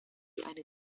eine